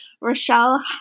Rochelle